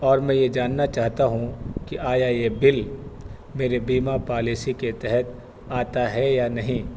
اور میں یہ جاننا چاہتا ہوں کہ آیا یہ بل میرے بیمہ پالیسی کے تحت آتا ہے یا نہیں